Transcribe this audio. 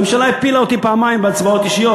הממשלה הפילה אותי פעמיים בהצבעות אישיות.